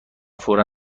فورا